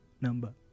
number